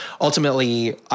ultimately